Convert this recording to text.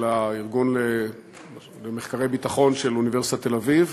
המכון למחקרי ביטחון של אוניברסיטת תל-אביב,